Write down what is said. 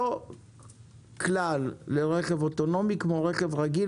אותו כלל לרכב אוטונומי כמו לרכב רגיל,